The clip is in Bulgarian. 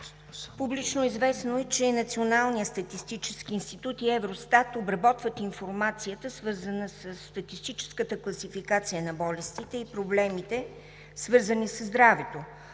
публично известно е, че Националният статистически институт и Евростат обработват информацията, свързана със статистическата класификация на болестите и проблемите, свързани със здравето,